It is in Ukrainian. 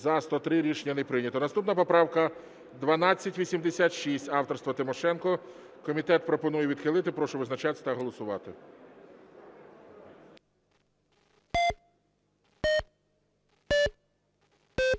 За-103 Рішення не прийнято. Наступна поправка 1286 авторства Тимошенко. Комітет пропонує відхилити. Прошу визначатися та голосувати.